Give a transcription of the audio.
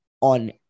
on